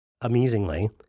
amusingly